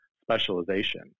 specialization